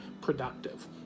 productive